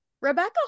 rebecca